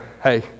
hey